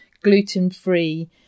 gluten-free